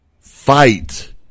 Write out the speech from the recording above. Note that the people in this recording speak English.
fight